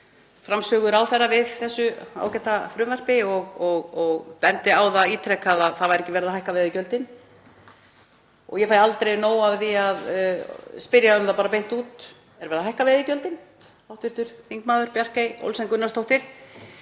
framsögu ráðherra fyrir þessu ágæta frumvarpi og benti á það ítrekað að það væri ekki verið að hækka veiðigjöldin. Ég fæ aldrei nóg af því að spyrja um það bara beint út: Er verið að hækka veiðigjöldin, hv. þm. Bjarkey Olsen Gunnarsdóttir?